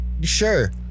sure